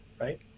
right